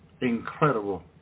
Incredible